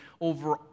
over